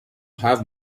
have